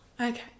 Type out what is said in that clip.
okay